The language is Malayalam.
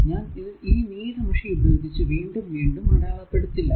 ഞാൻ ഇത് ഈ നീല മഷി ഉപയോഗിച്ച് വീണ്ടും വീണ്ടും അടയാളപ്പെടുത്തില്ല